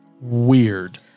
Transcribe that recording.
weird